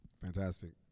Fantastic